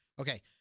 Okay